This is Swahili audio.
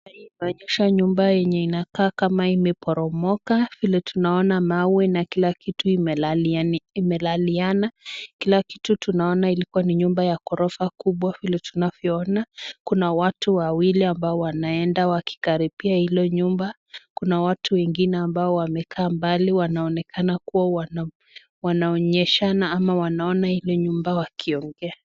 tunaonyesha nyumba yenye inakaa kama imeporomoka. Vile tunaona mawe na kila kitu imelaliana. Kila kitu tunaona ilikuwa ni nyumba ya gorofa kubwa vile tunavyoona. Kuna watu wawili ambao wanaenda wakikaribia hilo nyumba. Kuna watu wengine ambao wamekaa mbali wanaonekana kuwa wanaonyeshana ama wanaona hilo nyumba wakiongea.